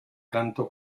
canto